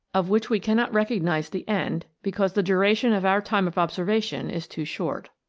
of which we cannot recognise the end, because the duration of our time of observation is too short.